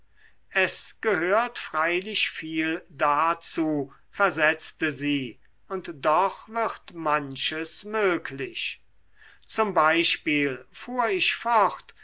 es gehört freilich viel dazu versetzte sie und doch wird manches möglich zum beispiel fuhr ich fort